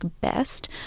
best